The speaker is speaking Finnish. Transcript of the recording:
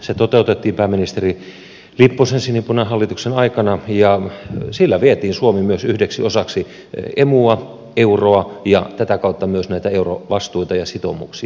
se toteutettiin pääministeri lipposen sinipunahallituksen aikana ja sillä vietiin suomi yhdeksi osaksi emua euroa ja tätä kautta myös näitä eurovastuita ja sitoumuksia